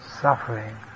suffering